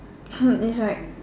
she is like